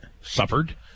suffered